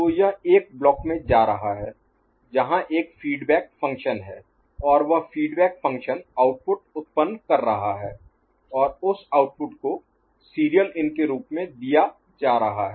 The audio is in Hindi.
तो यह एक ब्लॉक में जा रहा है जहां एक फीडबैक फ़ंक्शन है और वह फीडबैक फ़ंक्शन आउटपुट उत्पन्न कर रहा है और उस आउटपुट को सीरियल इन के रूप में दिया जा रहा है